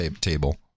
table